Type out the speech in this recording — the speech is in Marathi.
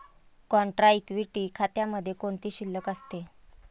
कॉन्ट्रा इक्विटी खात्यामध्ये कोणती शिल्लक असते?